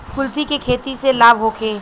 कुलथी के खेती से लाभ होखे?